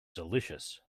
delicious